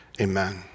Amen